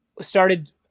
started